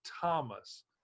thomas